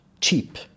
cheap